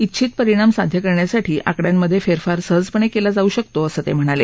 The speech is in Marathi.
इच्छित परिणाम साध्य करण्यासाठी आकड्यांमधे फेरफार सहजपणे केला जाऊ शकतो असं ते म्हणाले